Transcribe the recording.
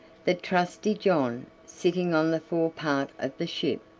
that trusty john, sitting on the forepart of the ship,